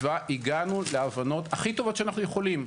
הגענו להבנות הכי טובות שאנחנו יכולים.